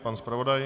Pan zpravodaj.